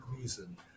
reason